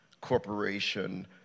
corporation